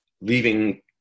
leaving